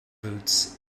roots